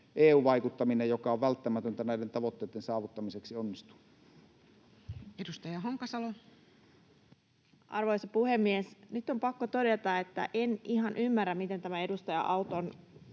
EU-vaikuttaminen, joka on välttämätöntä näiden tavoitteiden saavuttamiseksi, onnistuu. Edustaja Honkasalo. Arvoisa puhemies! Nyt on pakko todeta, että en ihan ymmärrä, miten tämä edustaja Auton